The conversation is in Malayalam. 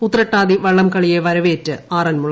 ഉത്രട്ടാതി വള്ളംകളിയെ വരവേറ്റ് ആറന്മുള